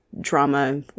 drama